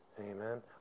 Amen